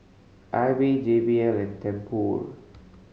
Aibi J B L Tempur